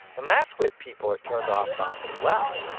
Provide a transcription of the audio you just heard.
and that's what people are turned off by, as well,